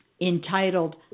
entitled